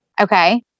Okay